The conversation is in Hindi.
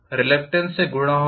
रिलक्टेन्स से गुणा होगा